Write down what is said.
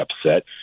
upset